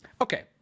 okay